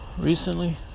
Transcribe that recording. recently